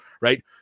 right